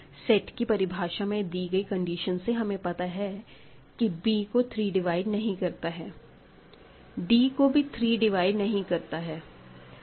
set की परिभाषा में दी गयी कंडीशन से हमें पता है कि b को 3 डिवाइड नहीं करता है d को भी 3 डिवाइड नहीं करता है